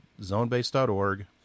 zonebase.org